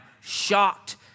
shocked